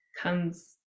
comes